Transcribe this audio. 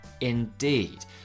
Indeed